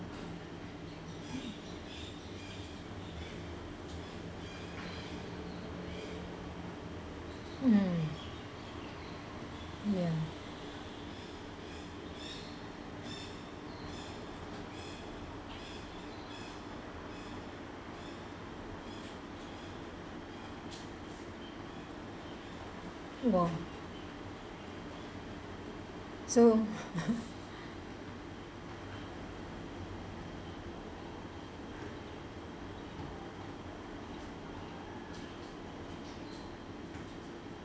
mm ya !whoa! so